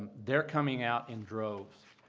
they're coming out in droves.